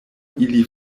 ili